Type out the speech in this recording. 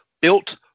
built